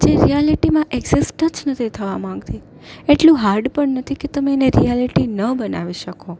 જે રિયાલિટીમાં એકઝિસ્ટ જ નથી થવા માંગતી એટલું હાર્ડ પણ નથી કે તમે એને રિયાલિટી ન બનાવી શકો